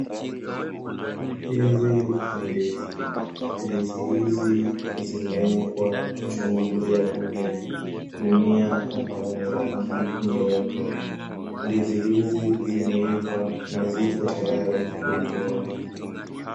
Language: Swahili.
Hizi ni ndizi. Ndizi hizi zimewekwa juu ya gunia, gunia ambayo ni rangi nyeupe. Ndizi hizi zimeiva na ziko tayari kuliwa.